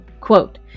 quote